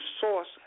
source